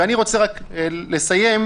ואני רוצה רק לסיים,